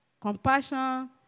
compassion